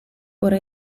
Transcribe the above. ora